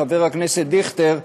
חבר הכנסת דיכטר.